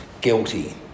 guilty